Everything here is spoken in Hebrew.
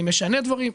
אני משנה דברים,